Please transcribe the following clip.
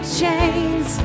chains